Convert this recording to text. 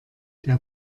der